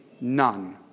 none